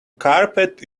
carpet